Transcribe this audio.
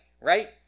Right